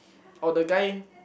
or the guy